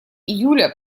июля